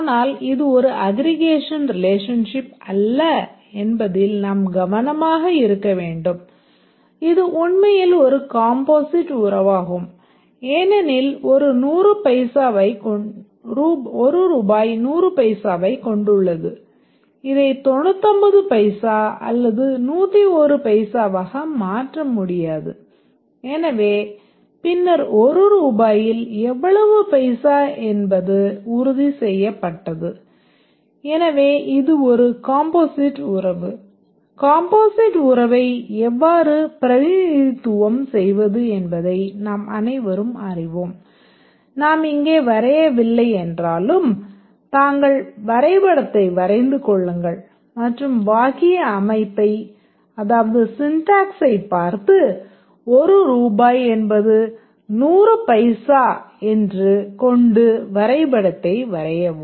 ஆனால் இது ஒரு அக்ரிகேஷன் ரிலேஷன்ஷிப் பார்த்து ஒரு ரூபாய் என்பது 100 பைசா என்று கொண்டு வரைபடத்தை வரையவும்